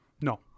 No